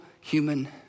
human